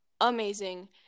amazing